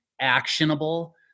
actionable